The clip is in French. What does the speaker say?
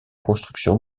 construction